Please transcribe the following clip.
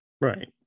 right